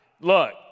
Look